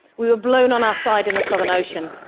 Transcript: we were blown on our side in the southern ocean.